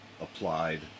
applied